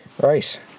Right